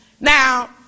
Now